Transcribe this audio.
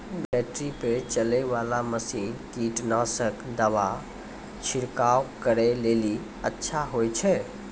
Battery पर चलै वाला मसीन कीटनासक दवा छिड़काव करै लेली अच्छा होय छै?